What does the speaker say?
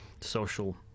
social